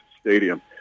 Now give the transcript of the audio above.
stadium